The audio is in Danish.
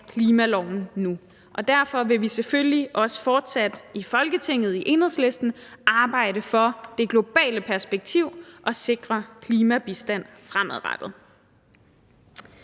klimaloven nu. Og derfor vil vi i Enhedslisten selvfølgelig også fortsat i Folketinget arbejde for det globale perspektiv og sikre klimabistand fremadrettet.